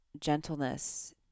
gentleness